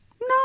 No